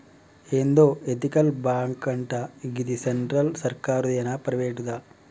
ఏందో ఎతికల్ బాంకటా, గిది సెంట్రల్ సర్కారుదేనా, ప్రైవేటుదా